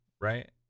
right